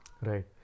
Right